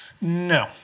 No